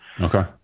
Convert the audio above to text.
Okay